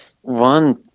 one